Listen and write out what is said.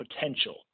potential